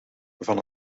van